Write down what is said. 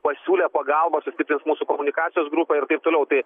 pasiūlė pagalbą sustiprins mūsų komunikacijos grupę ir taip toliau tai